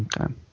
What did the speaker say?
Okay